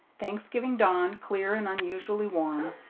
thanksgiving dawned clear and unusually warm.